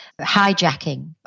hijacking